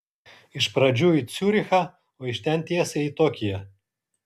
iš pradžių į ciurichą o iš ten tiesiai į tokiją